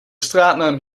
straatnaam